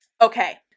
Okay